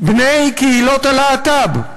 בני קהילות הלהט"ב.